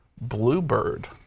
Bluebird